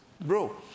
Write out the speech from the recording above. bro